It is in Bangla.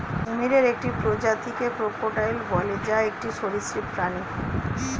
কুমিরের একটি প্রজাতিকে ক্রোকোডাইল বলে, যা একটি সরীসৃপ প্রাণী